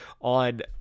on